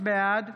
בעד